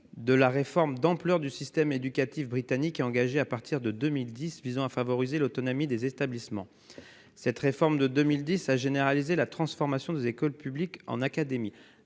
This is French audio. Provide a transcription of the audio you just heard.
de la réforme d'ampleur du système éducatif britannique engagée à partir de 2010, visant à favoriser l'autonomie des établissements ». Cette réforme a généralisé la transformation de nos écoles publiques en académies.